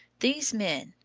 these men,